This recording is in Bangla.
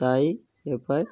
তাই